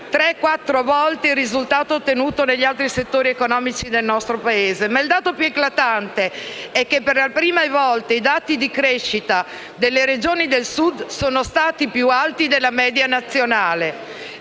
superiore al risultato ottenuto negli altri settori economici del nostro Paese. Ma il dato più eclatante è che per la prima volta i dati di crescita delle Regioni del Sud sono più alti della media nazionale.